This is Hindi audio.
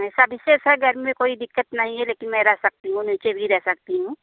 ऐसा विशेष है घर में कोई दिक्कत नहीं है लेकिन मैं रह सकती हूँ नीचे भी रह सकती हूँ